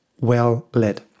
well-led